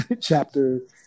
Chapter